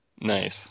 Nice